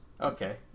Okay